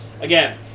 again